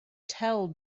tell